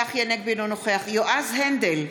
צחי הנגבי, אינו נוכח יועז הנדל,